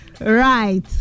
Right